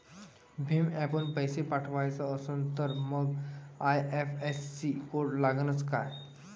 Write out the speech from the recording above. भीम ॲपनं पैसे पाठवायचा असन तर मंग आय.एफ.एस.सी कोड लागनच काय?